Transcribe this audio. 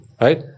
right